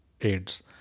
AIDS